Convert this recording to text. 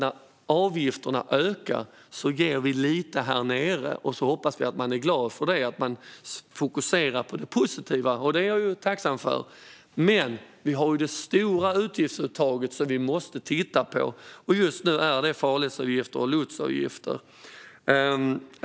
När avgifterna ökar ger vi lite medel i en annan ände, och så hoppas vi att man är glad för det och fokuserar på det positiva. Det är jag ju tacksam för, men vi har det stora utgiftsuttaget som vi måste titta på. Just nu är det farledsavgifter och lotsavgifter som det handlar om.